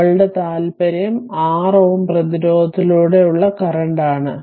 നമ്മളുടെ താൽപ്പര്യം 6 Ω പ്രതിരോധത്തിലൂടെ കറന്റു ആണ്